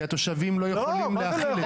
כי התושבים לא יכולים להכיל את זה.